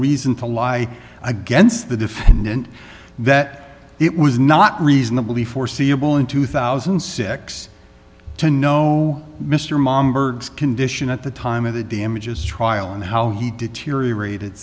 reason to lie against the defendant that it was not reasonably foreseeable in two thousand and six to know mr mom berg's condition at the time of the damages trial and how he deteriorated